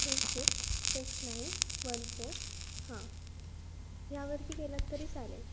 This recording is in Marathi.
eight six six nine one four हां यावरती केलात तरी चालेल